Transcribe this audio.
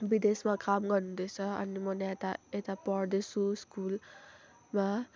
विदेशमा काम गर्नुहुँदैछ अनि म यता यता पढ्दैछु स्कुलमा